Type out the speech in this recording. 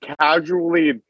casually